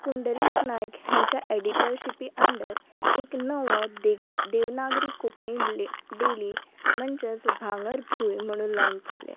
पुंडलीक नायक हेंच्या एडिटरशिपी अंडर एक नवो देगण् देवनागरी कोंकणी ले डेली म्हणजेच भांगरभूंय म्हणून लॉंच जालें